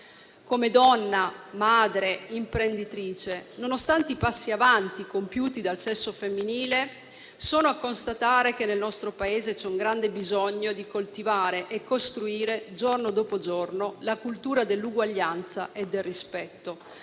Come donna, madre e imprenditrice, nonostante i passi avanti compiuti dal sesso femminile, sono a constatare che nel nostro Paese c'è un grande bisogno di coltivare e costruire, giorno dopo giorno, la cultura dell'uguaglianza e del rispetto